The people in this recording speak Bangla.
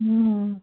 হুম